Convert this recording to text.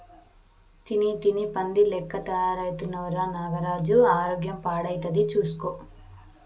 తిని తిని పంది లెక్క తయారైతున్నవ్ రా నాగరాజు ఆరోగ్యం పాడైతది చూస్కో